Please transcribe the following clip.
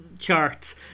Charts